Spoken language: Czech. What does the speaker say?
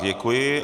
Děkuji.